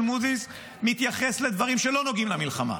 מודי'ס מתייחס לדברים שלא נוגעים למלחמה.